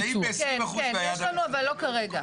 כן, יש לנו אבל לא כרגע.